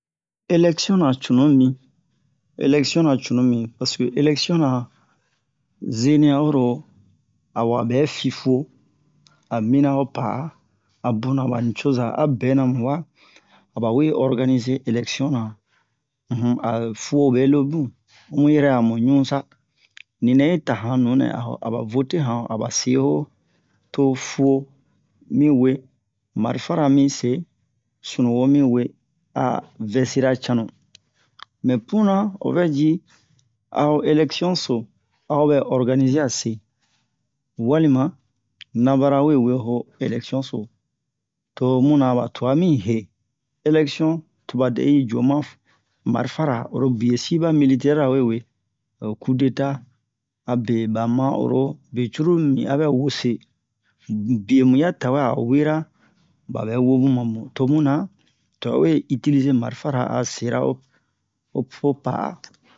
elɛksiyon-na cunumi elɛksiyon-na cunumi paseke elɛksiyon-na zenian oro awa ɓɛ fi fuwo a mina ho pa'a a bunna ɓa nucoza a benɛ mu wa aba we ɔrganize elɛksiyon-na um a fuwo ɓɛ lebun homu yɛrɛ amu ɲu-sa ninɛ yi ta han nunɛ a ho aba vote han aba se ho to fuwo mi we marifara mi se sunuwo mi wee a vɛsira cannu mɛ punna o vɛ ji a ho elɛksiyon so a ho ɓɛ ɔrganizeya se walima nabara we wee ho elɛksiyon so to muna ɓa twa mi he elɛksiyon to ɓa dɛ'u jo ma marifara oro biye ɓa militɛra we wee ho cu-deta abe ɓa ma oro be curulu mibin abɛ wose um biye mu ya tawɛ a wera ɓaɓɛ wemu mamu to muna to ɓa we itilize farifara a sero ho ho pu- ho pa'a